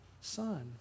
son